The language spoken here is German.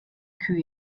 kühe